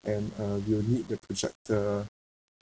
and uh we will need the projector